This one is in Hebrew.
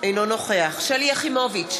אינו נוכח שלי יחימוביץ,